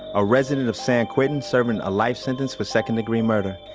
a resident of san quentin serving a life sentence for second degree murder.